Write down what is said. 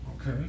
Okay